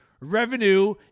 revenue